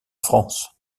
france